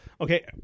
Okay